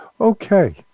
okay